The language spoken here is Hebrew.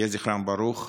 יהי זכרן ברוך.